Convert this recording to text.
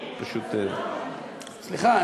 סליחה,